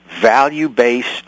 value-based